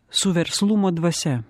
su verslumo dvasia